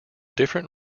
different